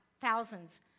thousands